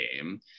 game